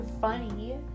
funny